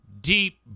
deep